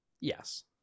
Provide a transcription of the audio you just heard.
Yes